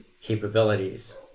capabilities